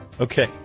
okay